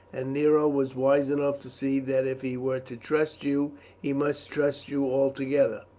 and nero was wise enough to see that if he were to trust you he must trust you altogether.